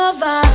Over